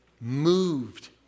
moved